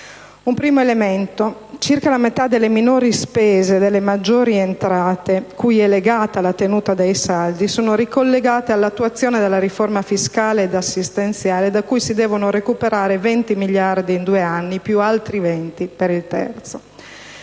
Un primo elemento: circa la metà delle minori spese e delle maggiori entrate cui è legata la tenuta dei saldi, sono ricollegate all'attuazione della riforma fiscale e assistenziale da cui devono essere recuperati 20 miliardi in due anni, più altri 20 per il terzo.